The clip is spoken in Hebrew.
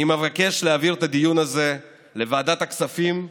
אני מבקש להעביר את הדיון הזה לוועדת הכספים,